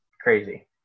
crazy